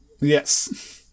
Yes